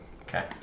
Okay